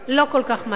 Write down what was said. לא כל כך מהר",